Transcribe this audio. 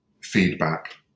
feedback